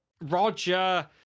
roger